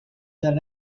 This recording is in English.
the